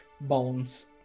bones